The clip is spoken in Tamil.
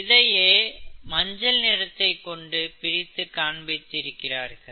இதையே மஞ்சள் நிறத்தை கொண்டு பிரித்துக் காண்பித்து இருக்கிறார்கள்